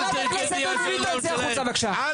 חברת הכנסת דבי ביטון תצאי החוצה בבקשה,